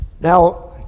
Now